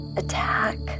attack